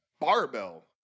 barbell